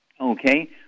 Okay